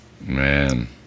Man